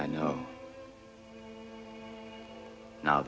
i know no